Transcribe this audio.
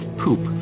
poop